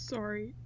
Sorry